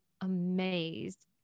amazed